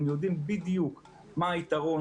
הם יודעים בדיוק מה היתרון,